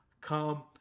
come